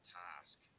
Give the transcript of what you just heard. task